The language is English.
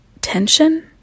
tension